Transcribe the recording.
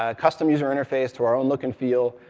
ah custom user interface to our own look and feel,